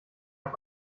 auf